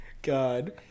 god